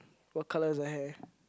what colour is the hair